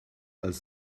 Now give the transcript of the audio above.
als